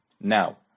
Now